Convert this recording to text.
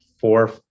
four